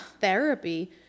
therapy